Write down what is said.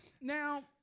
now